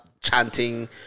chanting